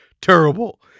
terrible